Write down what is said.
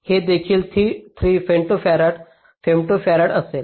हे देखील 3 फेम्टोफॉरड असेल